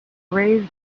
raised